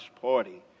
party